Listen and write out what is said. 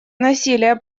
насилие